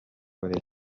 forex